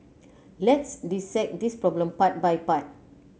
let's dissect this problem part by part